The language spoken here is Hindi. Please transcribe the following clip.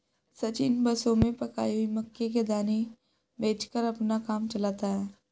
सचिन बसों में पकाई हुई मक्की के दाने बेचकर अपना काम चलाता है